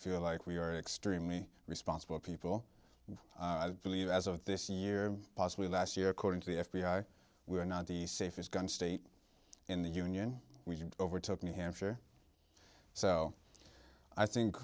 feel like we are extremely responsible people who believe as of this year possibly last year according to the f b i we are not the safest gun state in the union we overtook new hampshire so i think